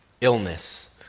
illness